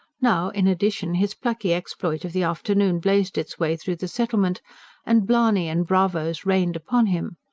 now, in addition, his plucky exploit of the afternoon blazed its way through the settlement and blarney and bravos rained upon him.